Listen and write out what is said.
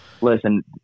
Listen